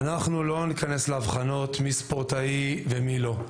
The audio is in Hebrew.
אנחנו לא ניכנס לאבחנות מי ספורטאי ומי לא,